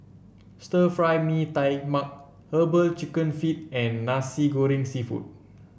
Stir Fry Mee Tai Mak herbal chicken feet and Nasi Goreng seafood